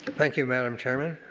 thank you, madam chairman.